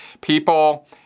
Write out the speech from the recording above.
People